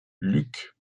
luke